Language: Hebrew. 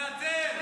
למה הוא עלה?